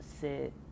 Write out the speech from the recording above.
sit